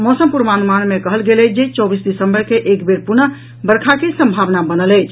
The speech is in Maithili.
मौसम पूर्वानुमान मे कहल गेल अछि जे चौबीस दिसंबर के एक बेर पुनः वर्षा के संभावना बनल अछि